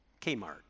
Kmart